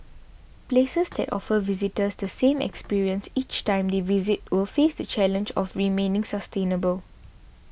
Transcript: places that offer visitors the same experience each time they visit will face the challenge of remaining sustainable